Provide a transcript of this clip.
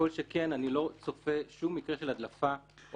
כל שכן אני לא צופה שום מקרה של הדלפה או